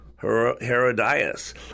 Herodias